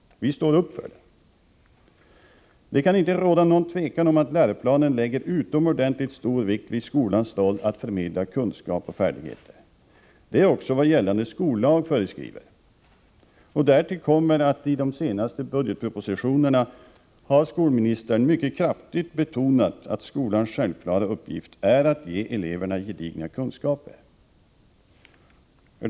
Vi ställer upp för den. Det kan inte råda något tvivel om att läroplanen lägger utomordentligt stor vikt vid skolans roll som förmedlare av kunskap och färdigheter. Det är också vad gällande skollag föreskriver. Därtill kommer att skolministern i de senaste budgetpropositionerna mycket kraftigt har betonat att skolans självklara uppgift är att ge eleverna gedigna kunskaper.